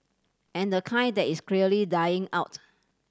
and the kind that is clearly dying out